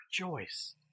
rejoice